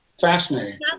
fascinating